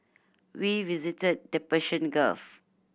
we visited the Persian Gulf